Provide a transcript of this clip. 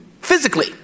physically